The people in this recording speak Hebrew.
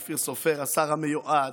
אופיר סופר השר המיועד,